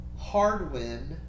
Hardwin